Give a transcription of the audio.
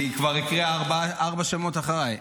היא כבר הקריאה ארבעה שמות אחריי.